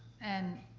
and